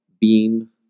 beam